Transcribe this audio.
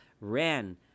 ran